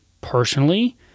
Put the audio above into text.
personally